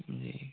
जी